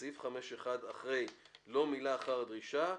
בסעיף 5(1) אחרי: "לא מילא אחר הדרישה"